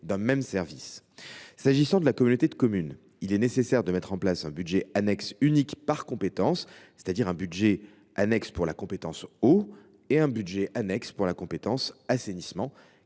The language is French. service. Pour les communautés de communes, il est nécessaire de mettre en place un budget annexe unique par compétence, c’est à dire un budget annexe pour la compétence eau et un budget annexe pour la compétence assainissement,